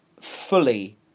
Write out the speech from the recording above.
fully